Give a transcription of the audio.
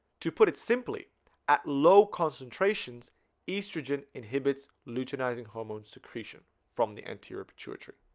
to put it simply at low concentrations estrogen inhibits luteinizing hormone secretion from the anterior pituitary